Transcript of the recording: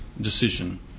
decision